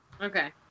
Okay